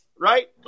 right